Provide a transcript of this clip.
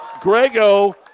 Grego